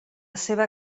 seva